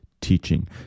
teaching